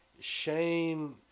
Shane